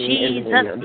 Jesus